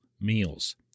meals